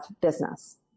business